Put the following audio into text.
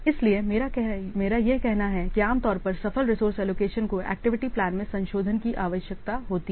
इसीलिए मेरा यह कहना है कि आमतौर पर सफल रिसोर्स एलोकेशन को एक्टिविटी प्लान में संशोधन की आवश्यकता होती है